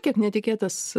kiek netikėtas